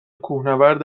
کوهنورد